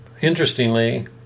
interestingly